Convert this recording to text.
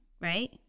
Right